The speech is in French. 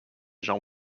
j’en